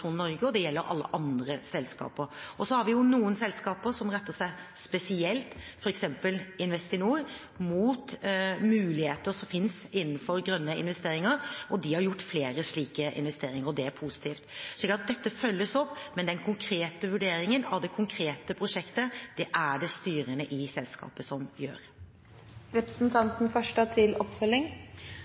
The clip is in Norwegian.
Norge, og det gjelder alle andre selskaper. Så har vi noen selskaper, f.eks. Investinor, som retter seg spesielt mot muligheter som finnes innenfor grønne investeringer. De har gjort flere slike investeringer, og det er positivt. Så dette følges opp, men den konkrete vurderingen av det konkrete prosjektet er det styrene i selskapet som gjør.